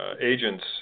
agents